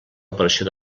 operació